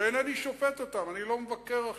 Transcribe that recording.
אינני שופט אותם, אני לא מבקר עכשיו.